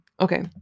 Okay